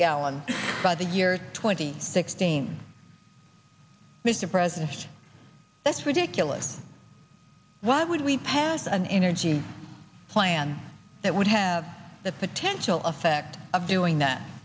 gallon by the year twenty sixteen mr president just that's ridiculous why would we passed an energy plan that would have the potential effect of doing that